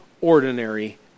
ordinary